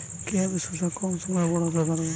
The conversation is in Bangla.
কিভাবে শশা কম সময়ে বড় করতে পারব?